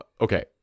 okay